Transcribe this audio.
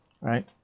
right